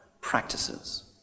practices